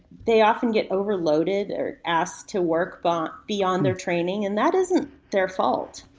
they often get overloaded or asked to work but beyond their training and that isn't their fault,